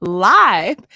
live